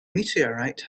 meteorite